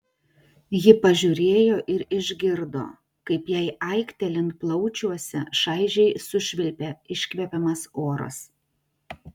ji pažiūrėjo ir išgirdo kaip jai aiktelint plaučiuose šaižiai sušvilpia iškvepiamas oras